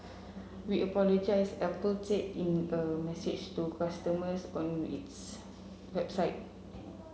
we apologise Apple said in the message to customers on its website